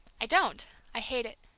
i don't, i hate it.